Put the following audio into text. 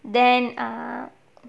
then err